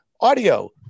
audio